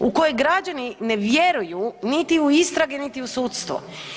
U koje građani ne vjeruju niti u istrage, niti u sudstvo.